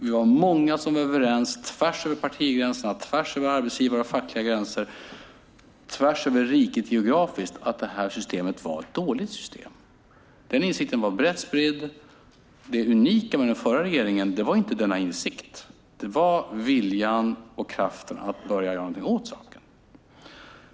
Vi var många tvärs över partigränser, tvärs över arbetsgivar och fackliga gränser och tvärs över riket geografiskt som var överens om att systemet var dåligt. Insikten var brett spridd. Det unika med den förra regeringen var inte denna insikt utan viljan och kraften att börja göra något åt saken.